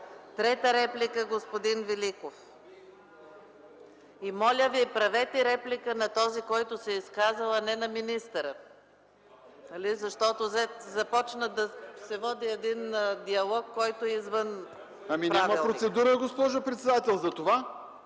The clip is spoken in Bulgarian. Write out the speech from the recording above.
Трета реплика – господин Великов. Моля Ви, правете реплика на този, който се е изказал, а не на министъра, защото започна да се води един диалог, който е извън правилника. ТОДОР ВЕЛИКОВ (независим): Ами няма процедура, госпожо председател, затова.